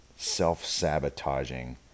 self-sabotaging